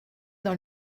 dans